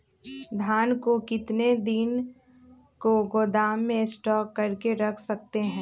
धान को कितने दिन को गोदाम में स्टॉक करके रख सकते हैँ?